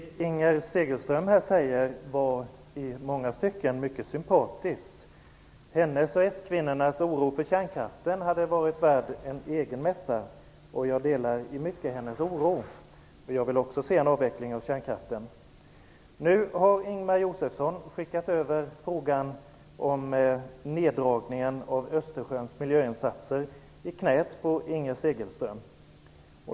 Herr talman! Det Inger Segelström här säger är i många stycken mycket sympatiskt. Hennes och skvinnornas oro för kärnkraften hade varit värd en egen mässa, och jag delar i mycket hennes oro. Jag vill också se en avveckling av kärnkraften. Nu har Ingemar Josefsson skickat över frågan om neddragningen av miljöinsatserna för Östersjön till Inger Segelström.